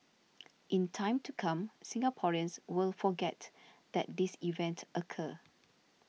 in time to come Singaporeans will forget that this event occur